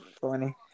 funny